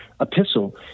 epistle